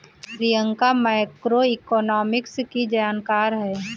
Priyanka macroeconomics की जानकार है